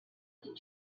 did